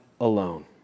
alone